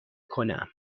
کنم